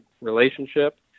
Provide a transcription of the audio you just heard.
relationship